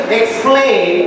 explain